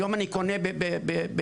היום אני קונה בארביל,